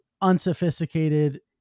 unsophisticated